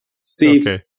Steve